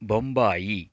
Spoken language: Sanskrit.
बम्बायि